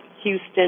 Houston